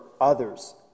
others